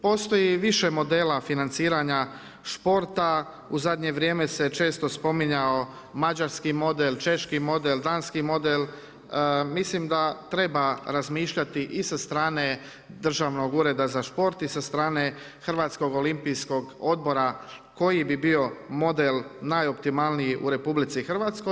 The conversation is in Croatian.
Postoji više modela financiranja sporta, u zadnje vrijeme se često spominjao mađarski model, češki model, danski model, mislim da treba razmišljati i sa strane Državnog ureda za sport i sa strane HOO-a koji bi bio model najoptimalniji u RH.